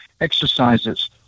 exercises